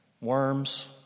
Worms